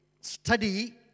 study